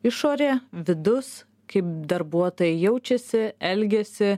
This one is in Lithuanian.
išorė vidus kaip darbuotojai jaučiasi elgiasi